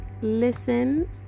listen